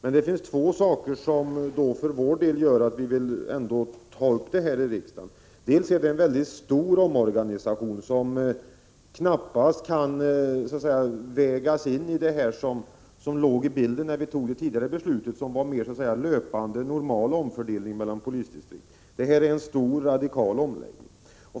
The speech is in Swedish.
Men vi vill av två skäl ändå här i riksdagen ta upp denna omfördelning. För det första gäller det en mycket stor och radikal omorganisation, som knappast kan anses ha varit med i bilden när vi fattade det förra beslutet, som mera avsåg den normala löpande omfördelningen mellan polisdistrikten.